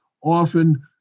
often